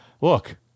Look